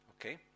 Okay